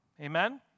Amen